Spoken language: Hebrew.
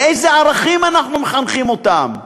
לאיזה ערכים אנחנו מחנכים אותם,